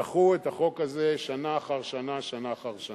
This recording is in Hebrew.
דחו את החוק הזה שנה אחר שנה, שנה אחר שנה.